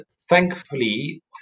thankfully